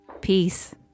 Peace